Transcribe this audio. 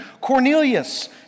Cornelius